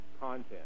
content